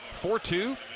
4-2